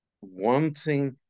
wanting